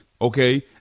Okay